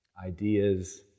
Ideas